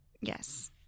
Yes